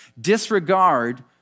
disregard